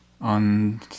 on